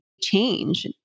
change